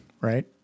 Right